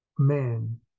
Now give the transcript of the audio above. Man